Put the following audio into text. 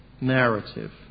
narrative